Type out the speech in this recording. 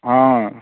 हाँ